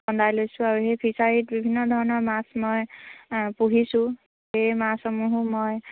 খন্দাই লৈছোঁ আৰু সেই ফিচাৰীত বিভিন্ন ধৰণৰ মাছ মই পুহিছোঁ সেই মাছসমূহো মই